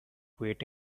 wait